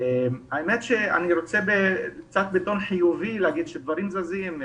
האמת שאני רוצה קצת בטון חיובי להגיד שדברים זזים.